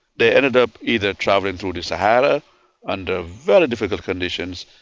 they ended up either travelling through the sahara under very difficult conditions,